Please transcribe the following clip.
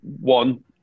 One